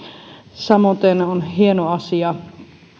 samoiten on hieno asia